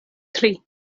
tri